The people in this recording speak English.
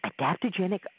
adaptogenic